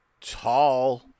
tall